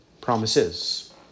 Promises